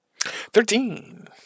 Thirteen